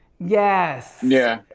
yes. yeah.